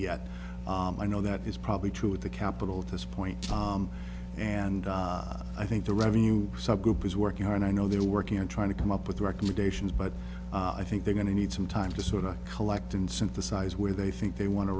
yet i know that is probably true of the capitol to this point and i think the revenue subgroup is working and i know they're working on trying to come up with recommendations but i think they're going to need some time to sort of collect and synthesize where they think they want to